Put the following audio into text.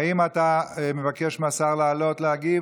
האם אתה מבקש מהשר לעלות להגיב,